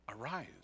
Arise